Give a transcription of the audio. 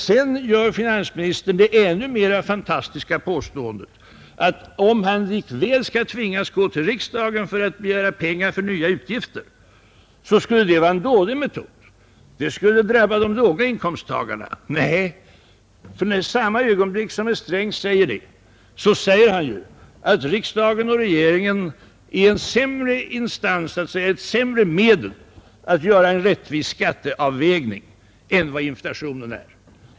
Sedan gör finansministern det ännu mera fantastiska påståendet att om han likväl skall tvingas gå till riksdagen för att begära pengar till nya utgifter, skulle det vara en dålig metod, det skulle drabba de låga inkomsttagarna. Nej, för i samma ögonblick herr Sträng säger detta, säger han att riksdagen och regeringen är ett sämre instrument för att göra en rättvis skatteavvägning än vad inflationen är.